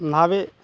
ನಾವೇ